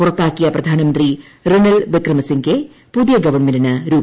പുറത്താക്കിയ പ്രധാനമന്ത്രി റിനിൽ വിക്രമ സിങ്കെ പുതിയ ഗവൺമെന്റിന് രൂപം നൽകും